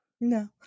no